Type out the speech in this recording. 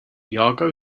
yargo